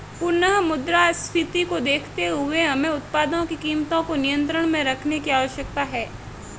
पुनः मुद्रास्फीति को देखते हुए हमें उत्पादों की कीमतों को नियंत्रण में रखने की आवश्यकता है